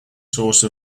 source